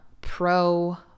pro